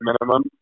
minimum